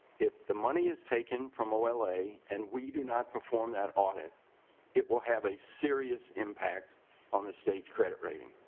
if the money is taken from ola and we do not perform that audit it will have a serious impact on the states credit rating.